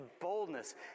boldness